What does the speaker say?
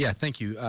yeah thank you.